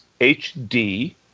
HD